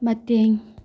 ꯃꯇꯦꯡ